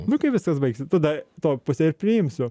nu kai viskas baigsis tada tą pusę ir priimsiu